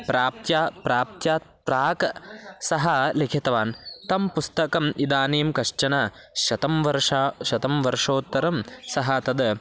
प्राप्तेः प्राप्तेः प्राक् सः लिखितवान् तं पुस्तकम् इदानीं कश्चन शतं वर्षः शतं वर्षोत्तरं सः तद्